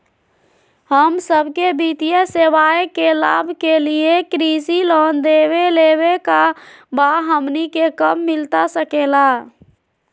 हम सबके वित्तीय सेवाएं के लाभ के लिए कृषि लोन देवे लेवे का बा, हमनी के कब मिलता सके ला?